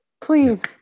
please